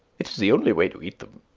it is the only way to eat them.